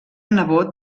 nebot